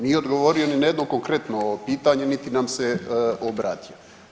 Nije odgovorio ni na jedno konkretno pitanje, niti nam se obratio.